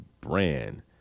brand